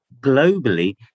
globally